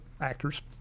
actors